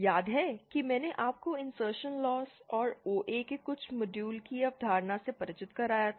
याद है कि मैंने आपको इंसर्शनल लॉस और ओए के कुछ मॉड्यूल की अवधारणा से परिचित कराया था